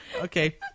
Okay